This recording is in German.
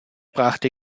brachte